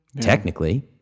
Technically